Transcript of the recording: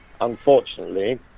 unfortunately